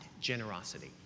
generosity